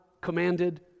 commanded